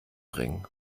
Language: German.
bringen